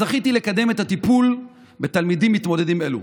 זכיתי לקדם את הטיפול בתלמידים מתמודדים אלו.